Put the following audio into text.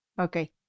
Okay